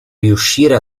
riuscire